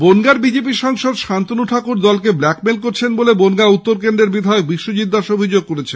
বনগাঁর BJP সাংসদ শান্তনু ঠাকুর দলকে blackmail করছেন বলে বনগাঁ উত্তর কেন্দ্রের বিধায়ক বিশ্বজিত দাস অভিযোগ করেছেন